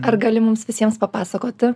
ar gali mums visiems papasakoti